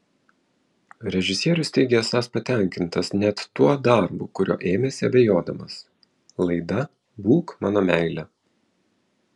režisierius teigia esąs patenkintas net tuo darbu kurio ėmėsi abejodamas laida būk mano meile